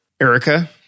Erica